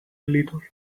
little